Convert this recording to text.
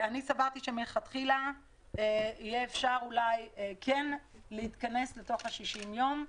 אני סברתי שמלכתחילה אפשר יהיה להתכנס ל-60 יום,